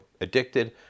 addicted